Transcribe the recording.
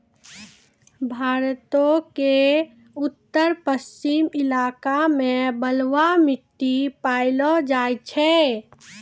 भारतो के उत्तर पश्चिम इलाका मे बलुआ मट्टी पायलो जाय छै